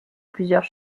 plusieurs